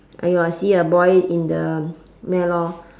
!aiyo! I see a boy in the there lor